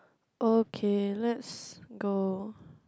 okay let's go